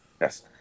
yes